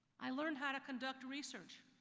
i learned how to conduct research.